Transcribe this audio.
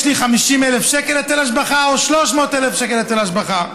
יש לי 50,000 שקל היטל השבחה או 300,000 שקל היטל השבחה?